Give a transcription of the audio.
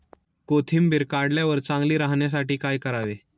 कोथिंबीर काढल्यावर चांगली राहण्यासाठी काय करावे?